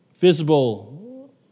visible